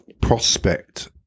prospect